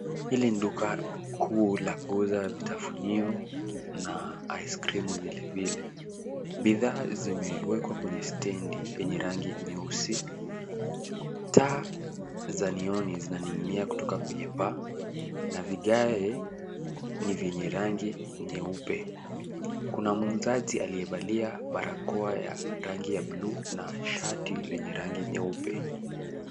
Hili ni duka kuu la kuuza vitafunio na aiskrimu vile vile bidhaa zimewekwa kwenye stendi yenye rangi nyeusi, taa za neoni zinaninginia kutoka kwenye paa na vigaye ni vyenye rangi nyeupe, kuna muuzaji aliyevalia barakoa ya rangi ya buluu na shati lenye rangi nyeupe.